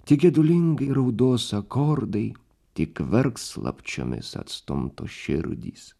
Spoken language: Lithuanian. tik gedulingai raudos akordai tik verks slapčiomis atstumtos širdys